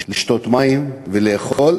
לשתות מים ולאכול,